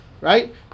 right